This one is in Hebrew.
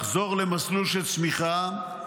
לחזור למסלול של צמיחה,